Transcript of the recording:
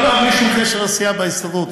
לא, אין שום קשר לסיעה בהסתדרות.